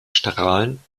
strahlen